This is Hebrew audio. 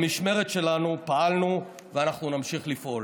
במשמרת שלנו פעלנו ואנחנו נמשיך לפעול.